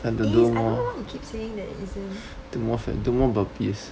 it is I don't know why you keep saying it isn't